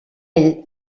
ell